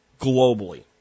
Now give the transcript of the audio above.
globally